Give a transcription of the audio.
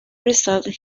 resolved